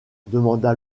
demanda